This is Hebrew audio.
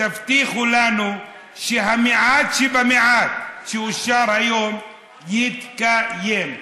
תבטיחו לנו שהמעט שבמעט שאושר היום יתקיים.